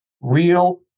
Real